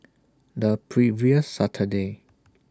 The previous Saturday